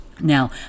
now